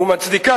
ומצדיקה,